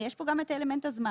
ויש פה גם אלמנט הזמן.